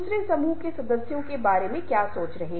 और कौन से घटक हैं जिन पर ध्यान देना होगा